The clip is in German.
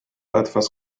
etwas